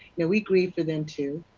yeah we grieve for them too.